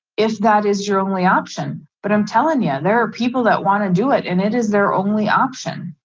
if that is your only option, but i'm telling you yeah there are people that want to do it and it is their only option.